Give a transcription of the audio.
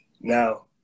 Now